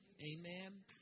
Amen